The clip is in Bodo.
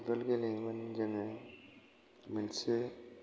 फुटबल गेलेयोमोन जोङो मोनसे